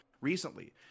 recently